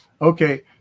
Okay